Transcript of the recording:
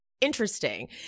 interesting